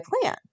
plan